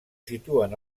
situen